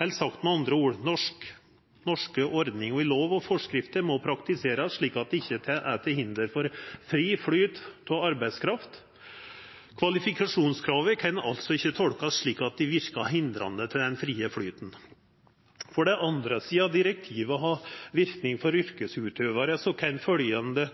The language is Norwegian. Eller sagt med andre ord: Norske ordningar i lov og forskrifter må praktiserast slik at det ikkje er til hinder for fri flyt av arbeidskraft. Kvalifikasjonskrava kan altså ikkje tolkast slik at dei verkar hindrande for den frie flyten. For det andre: Sidan direktivet har verknad for yrkesutøvarar,